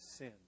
sin